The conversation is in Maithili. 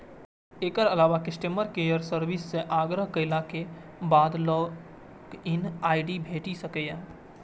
एकर अलावा कस्टमर केयर सर्विस सं आग्रह केलाक बाद लॉग इन आई.डी भेटि सकैए